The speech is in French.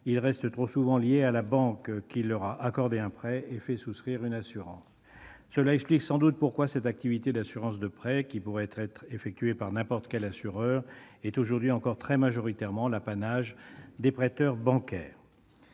ils restent trop souvent liés à la banque qui leur a accordé un prêt et fait souscrire une assurance. Cela explique sans doute pourquoi cette activité d'assurance de prêt, qui pourrait être effectuée par n'importe quel assureur, est aujourd'hui encore très majoritairement l'apanage des prêteurs bancaires.